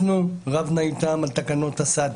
אנחנו רבנו איתם על תקנון הסד"א,